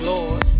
Lord